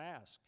ask